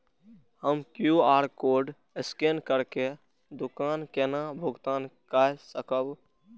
हम QR code scan करके दुकान केना भुगतान काय सकब?